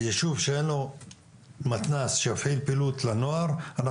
בישוב שאין לו מתנ"ס שיפעיל פעילות לנוער,